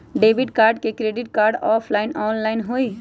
Debit card credit card offline online होई?